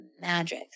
magic